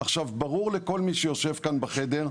עכשיו, ברור לכל מי שיושב כאן בחדר,